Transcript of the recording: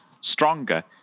stronger